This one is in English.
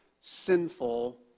sinful